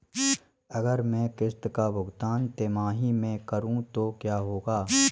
अगर मैं किश्त का भुगतान तिमाही में करूं तो क्या होगा?